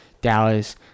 Dallas